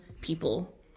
people